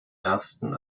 ersten